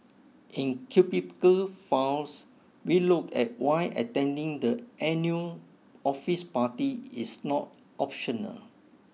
in Cubicle Files we look at why attending the annual office party is not optional